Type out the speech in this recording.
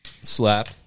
Slap